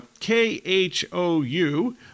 KHOU